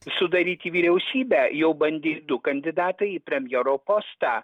sudaryti vyriausybę jau bandė du kandidatai į premjero postą